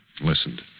listened